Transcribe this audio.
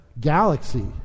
galaxy